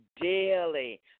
daily